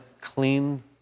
clean